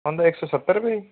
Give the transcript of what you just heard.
ਉਹਦਾ ਇੱਕ ਸੌ ਸੱਤਰ ਰੁਪਏ ਜੀ